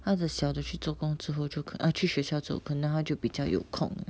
他的小的去做工之后 ah 去学校之后可能他就比较有空